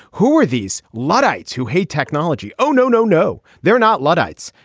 who are these luddites who hate technology. oh no no no. they're not luddites.